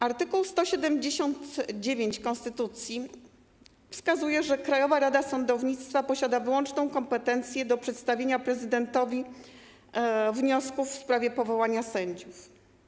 Art. 179 konstytucji wskazuje, że Krajowa Rada Sądownictwa posiada wyłączną kompetencję do przedstawiania prezydentowi wniosków w sprawie powołania sędziów.